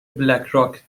بلکراک